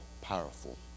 powerful